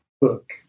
book